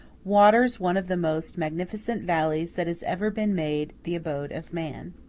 waters one of the most magnificent valleys that has ever been made the abode of man.